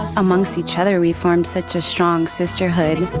amongst each other, we formed such a strong sisterhood